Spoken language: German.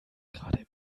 gerade